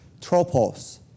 tropos